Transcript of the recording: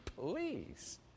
Please